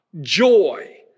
joy